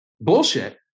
bullshit